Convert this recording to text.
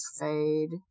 fade